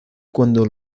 cuando